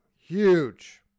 Huge